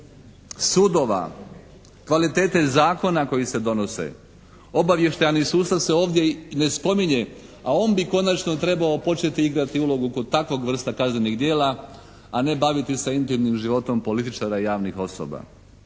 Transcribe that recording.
sudova, kvalitete zakona koji se donose. Obavještajni sustav se ovdje i ne spominje, a on bi konačno trebao početi igrati ulogu kod takvog vrsta kaznenih djela, a ne baviti se intimnim životom političara i javnih osoba.